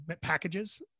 packages